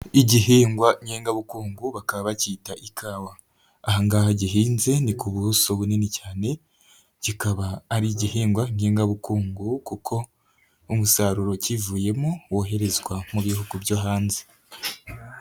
Igihingwa ngegabukungu, bakaba bacyita ikawa, aha ngaha gihinze ni ku buso bunini cyane, kikaba ari igihingwa ngengabukungu kuko umusaruro ukivuyemo woherezwa mu bihugu byo hanze.